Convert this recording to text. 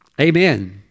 Amen